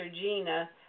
Gina